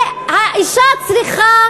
האישה צריכה